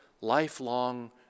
lifelong